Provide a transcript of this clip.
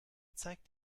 zeigt